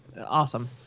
Awesome